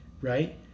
right